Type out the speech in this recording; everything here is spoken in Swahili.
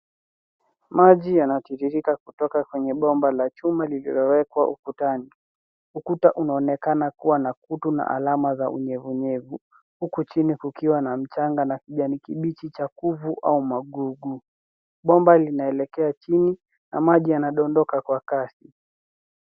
Maji yanatiriri kutoka kwenye bomba la chuma lililowekwa ukutani. Ukuta unaonekana kuwa na kutu na alama za unyevunyevu huku chini kukiwa na mchanga na kijani kibichi cha kuvu au magugu. Bomba linaelekea chini na maji yanadondoka kwa kasi.